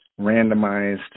randomized